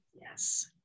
Yes